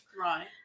Right